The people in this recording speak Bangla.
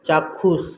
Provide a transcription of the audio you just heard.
চাক্ষুষ